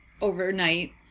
overnight